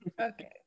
Okay